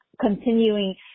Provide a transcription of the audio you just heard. continuing